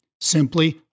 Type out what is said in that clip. Simply